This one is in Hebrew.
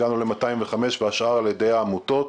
והשאר על ידי העמותות,